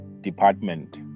department